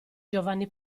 giovanni